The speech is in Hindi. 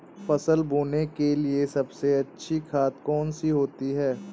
फसल बोने के लिए सबसे अच्छी खाद कौन सी होती है?